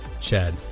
Chad